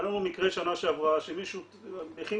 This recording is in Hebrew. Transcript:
היה לנו מקרה בשנה שעברה שמישהו הכין